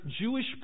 Jewish